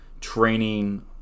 training